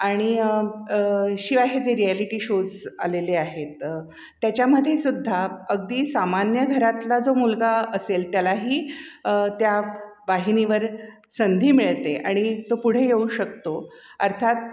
आणि शिवाय हे जे रियॅलिटी शोज आलेले आहेत त्याच्यामध्ये सुद्धा अगदी सामान्य घरातला जो मुलगा असेल त्यालाही त्या वाहिनीवर संधी मिळते आणि तो पुढे येऊ शकतो अर्थात